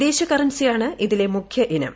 വിദേശ കറൻസിയാണ് ഇതിലെ മുഖ്യ ഇനം